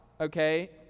Okay